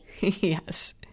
Yes